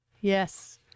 Yes